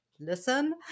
listen